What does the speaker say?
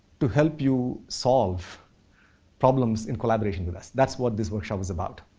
to help you solve problems in collaboration with us. that's what this workshop is about.